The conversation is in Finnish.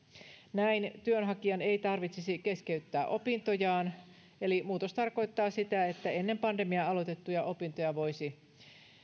näin työnhakijan ei tarvitsisi keskeyttää opintojaan eli muutos tarkoittaa sitä että ennen pandemiaa aloitettuja opintoja voisi